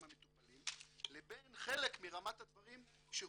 המטופלים לבין חלק מרמת הדברים שהוצגו,